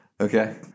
Okay